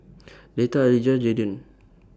Letta Alijah Jayden